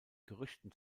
gerüchten